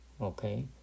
Okay